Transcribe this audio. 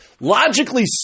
Logically